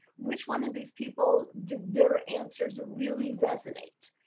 which one of these people did their answers really resonate?